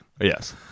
Yes